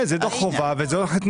זה משנה, זה דוח חובה וזה התנדבות.